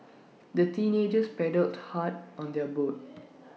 the teenagers paddled hard on their boat